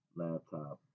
laptop